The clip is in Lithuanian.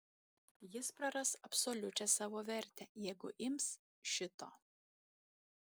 jis praras absoliučią savo vertę jeigu ims šito